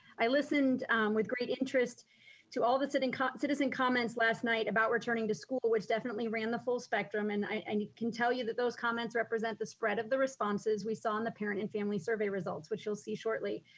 i listened with great interest to all the citizens comments last night about returning to school, which definitely ran the full spectrum and i and can tell you that those comments represent the spread of the responses we saw in the parent and family survey results which you'll see shortly.